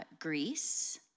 Greece